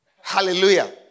Hallelujah